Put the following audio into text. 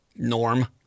Norm